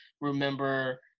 remember